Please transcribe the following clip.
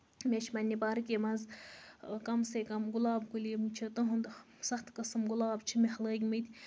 بیٚیہِ چھِ پَنٕنہِ پارکہِ منٛز کَم سے کَم گُلاب کُلۍ یِم چھِ تُہُنٛد سَتھ قسٕم گُلاب چھِ مےٚ لٲگمٕتۍ